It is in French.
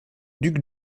duc